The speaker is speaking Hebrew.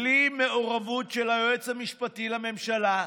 בלי מעורבות של היועץ המשפטי לממשלה,